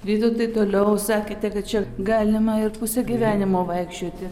vytautai toliau sekite kad čia galima ir pusę gyvenimo vaikščioti